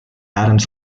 adams